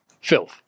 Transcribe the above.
filth